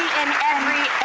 and every